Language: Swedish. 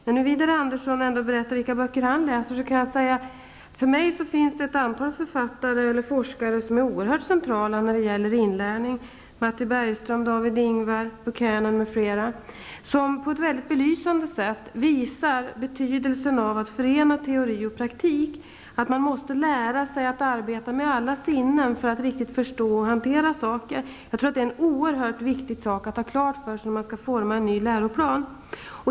Eftersom Widar Andersson berättar vilka böcker han läser kan jag säga att det för mig finns ett antal författare och forskare som är oerhört centrala när det gäller inlärning: Matti Bergström, David Ingvar, Buchanan, m.fl. Dessa visar på ett mycket belysande sätt betydelsen av att förena teori och praktik, att man måste lära sig att arbeta med alla sinnen för att riktigt förstå och hantera saker. Jag tror att det är oerhört viktigt att ha detta klart för sig när man skall forma en ny läroplan.